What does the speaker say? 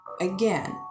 again